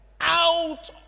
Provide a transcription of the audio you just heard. out